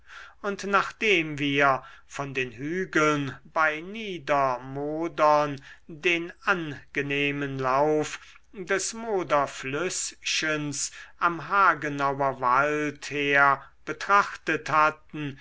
und nachdem wir von den hügeln bei niedermodern den angenehmen lauf des moderflüßchens am hagenauer wald her betrachtet hatten